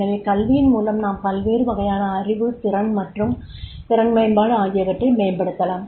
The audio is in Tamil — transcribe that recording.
எனவே கல்வியின் மூலம் நாம் பல்வேறு வகையான அறிவு திறன்கள் மற்றும் திறன் மேம்பாடு ஆகியவற்றை மேம்படுத்தலாம்